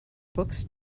books